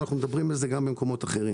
אנחנו מדברים על זה גם במקומות אחרים.